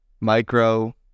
micro